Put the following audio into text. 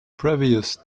previous